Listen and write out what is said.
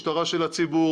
משטרה של הציבור,